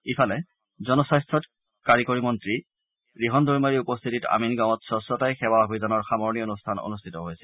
ইফালে জনস্বাস্থ্য কাৰিকৰী মন্ত্ৰী ৰিহন দৈমাৰীৰ উপস্থিতিত আমিনগাঁৱত স্বচ্চতাই সেৱা অভিযানৰ সামৰণি অনুষ্ঠান অনুষ্ঠিত হৈছে